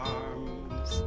arms